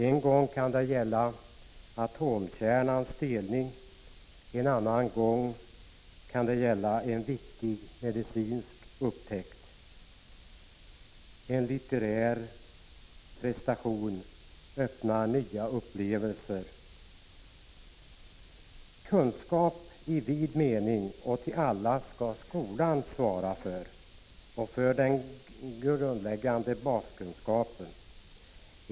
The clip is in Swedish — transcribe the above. En gång kan det gälla atomkärnans delning, en annan gång en viktig medicinsk upptäckt. En litterär prestation öppnar vägen till nya upplevelser. Skolan skall svara för kunskap i vid mening och till alla. Den skall ge den grundläggande baskunskapen.